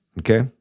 okay